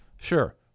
Sure